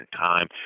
Time